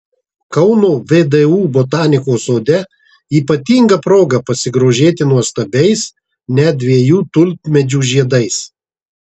kauno vdu botanikos sode ypatinga proga pasigrožėti nuostabiais net dviejų tulpmedžių žiedais